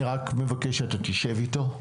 אני מבקש שתשב עם אמיר,